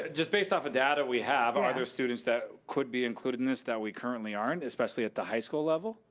just based off the data we have, are there students that could be included in this that we currently aren't, especially at the high school level,